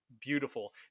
beautiful